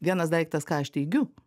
vienas daiktas ką aš teigiu